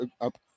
up